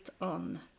on